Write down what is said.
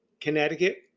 Connecticut